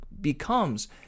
becomes